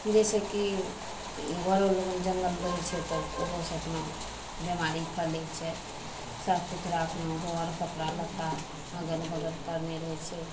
जैसे कि घर लग जङ्गल रहय छै तऽ ओहोसँ अपना बेमारी फलय छै साफ सुथरा अपना ओहो अर कपड़ा लत्ता अगल बगल करने रहय छै